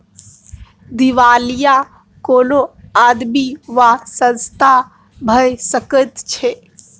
दिवालिया कोनो आदमी वा संस्था भए सकैत छै